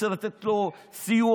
רוצה לתת לו סיוע,